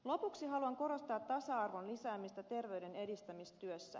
lopuksi haluan korostaa tasa arvon lisäämistä terveyden edistämistyössä